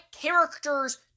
characters